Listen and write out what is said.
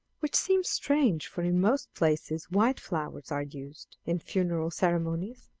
which seemed strange, for in most places white flowers are used in funeral ceremonies.